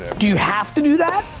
do you have to do that?